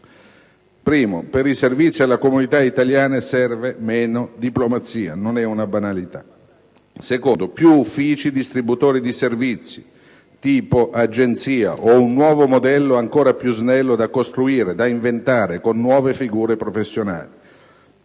tutto, per i servizi alle comunità italiane serve meno diplomazia (non è una banalità); in secondo luogo, servono più uffici distributori di servizi, tipo agenzie, o un nuovo modello ancora più snello da costruire, da inventare, con nuove figure professionali;